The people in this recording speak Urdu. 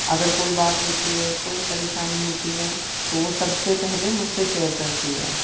اگر کوئی بات ہوتی ہے کوئی پریشانی ہوتی ہے تو وہ سب سے پہلے مجھ سے شیئر کرتی ہے